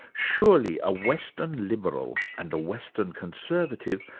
surely a western liberal and a western conservative,